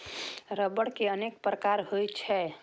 रबड़ के अनेक प्रकार होइ छै